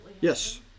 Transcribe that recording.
Yes